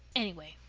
anyway,